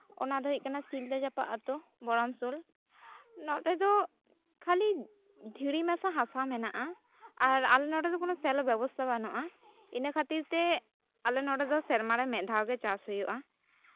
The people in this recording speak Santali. ᱚᱱᱟ ᱫᱚ ᱦᱩᱭᱩᱜ ᱠᱟᱱᱟ ᱥᱤᱞᱫᱟᱹ ᱡᱟᱯᱟᱜ ᱟᱹᱛᱩ ᱵᱚᱨᱟᱢᱥᱳᱞ ᱱᱚᱰᱮ ᱫᱚ ᱠᱷᱟᱹᱞᱤ ᱫᱷᱤᱨᱤ ᱢᱮᱥᱟ ᱦᱟᱥᱟ ᱢᱮᱱᱟᱜᱼᱟ ᱟᱨ ᱟᱞᱮ ᱱᱚᱰᱮ ᱫᱚ ᱠᱳᱱᱳ ᱥᱮᱞᱚ ᱵᱚᱵᱚᱥᱛᱷᱟ ᱵᱟᱹᱱᱩᱜᱼᱟ ᱤᱱᱟᱹ ᱠᱷᱟᱹᱛᱤᱨ ᱛᱮ ᱟᱞᱮ ᱱᱚᱰᱮ ᱫᱚ ᱥᱮᱨᱢᱟᱨᱮ ᱢᱤᱫ ᱫᱷᱟᱣ ᱜᱮ ᱪᱟᱥ ᱦᱩᱭᱩᱜᱼᱟ